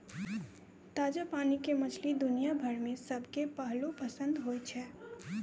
ताजा पानी के मछली दुनिया भर मॅ सबके पहलो पसंद होय छै